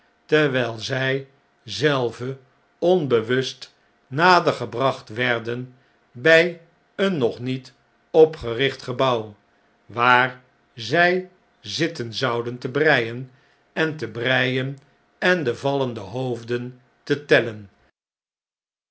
terwijl zjj zelve onbewust nader gebracht werden bij een nog niet opgericht gebouw waar zjj zitten zouden te breien en te breien en de vallende hoofden te tellen